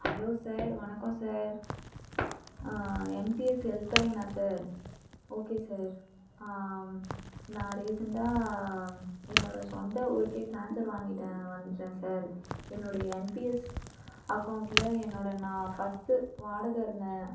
hello sir வணக்கம் sir NPS help லைனா sir okay sir நான் ரீசண்டாக என்னோட சொந்த ஊருக்கே டிரான்ஸ்வர் வாங்கிகிட்டேன் வந்துவிட்டேன் சார் என்னுடைய என்பிஎஸ் அக்கௌண்ட்டில என்னோட நான் ஃபர்ஸ்ட்டு வாடகை இருந்தேன்